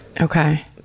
Okay